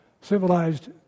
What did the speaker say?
civilized